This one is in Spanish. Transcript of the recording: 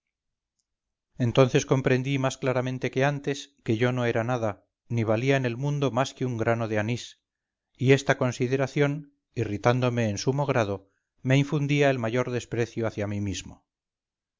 entonces comprendí más claramente que antes que yo no era nada ni valía en el mundo más que un grano de anís y esta consideración irritándome en sumo grado me infundía el mayor desprecio hacia mí mismo